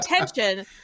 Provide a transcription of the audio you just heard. attention